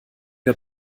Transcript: wir